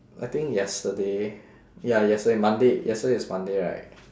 I think yesterday ya yesterday monday yesterday is monday right